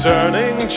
Turning